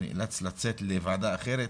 שנאלץ לצאת לוועדה אחרת,